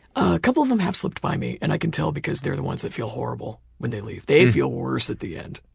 a couple of them have slipped by me. and i can tell because they're the ones that feel horrible when they leave. they feel worse at the end,